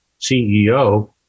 CEO